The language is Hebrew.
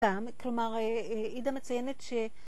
כלומר, עידה מציינת ש...